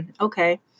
okay